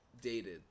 dated